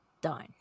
done